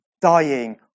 dying